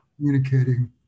communicating